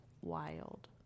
wild